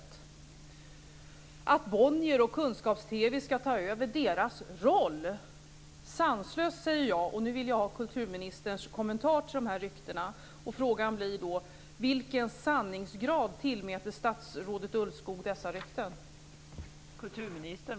Det sägs att Bonnier och Kunskaps-TV skall ta över deras roll. Sanslöst säger jag. Och nu vill jag ha kulturministerns kommentar till de här ryktena. Frågan blir då: Vilken sanningsgrad tillmäter statsrådet Ulvskog dessa rykten?